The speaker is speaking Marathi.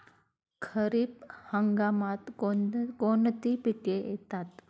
खरीप हंगामात कोणती पिके येतात?